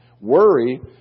Worry